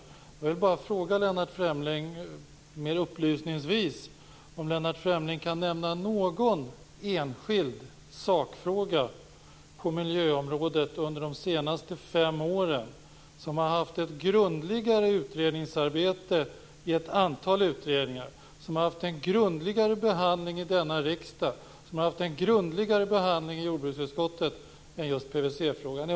Upplysningsvis vill jag då fråga Lennart Fremling om han kan nämna någon enskild sakfråga på miljöområdet under de senaste fem åren som har utretts grundligare i ett antal utredningar, som har fått en grundligare behandling i denna riksdag och som har fått en grundligare behandling i jordbruksutskottet än just PVC-frågan?